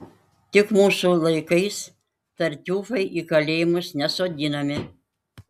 tik mūsų laikais tartiufai į kalėjimus nesodinami